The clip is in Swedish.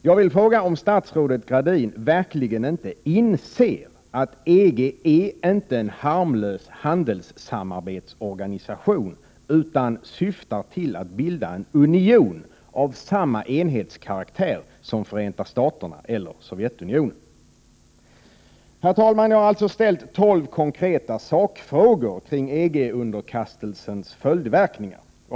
Jag vill fråga om statsrådet Gradin verkligen inte inser att EG inte är en harmlös handelssamarbetsorganisation utan syftar till att bilda en union av samma enhetskaraktär som Förenta Staterna eller Sovjetunionen? Herr talman! Jag har alltså ställt tolv konkreta sakfrågor kring EG underkastelsens följdverkningar.